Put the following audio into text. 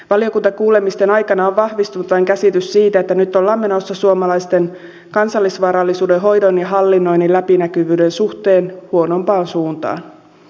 valiokuntakuulemisten aikana on vain vahvistunut käsitys siitä että nyt ollaan menossa suomalaisten kansallisvarallisuuden hoidon ja hallinnoinnin läpinäkyvyyden suhteen huonompaan suuntaan